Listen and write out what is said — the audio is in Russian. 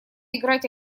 играть